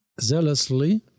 zealously